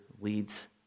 leads